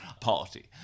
party